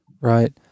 Right